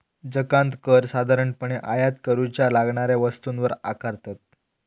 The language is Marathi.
जकांत कर साधारणपणे आयात करूच्या लागणाऱ्या वस्तूंवर आकारतत